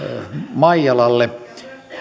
maijalalle